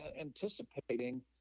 anticipating